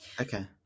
Okay